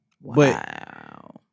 Wow